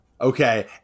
Okay